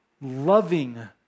loving